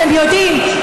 אתם יודעים,